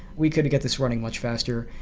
we could get this running much faster.